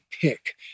pick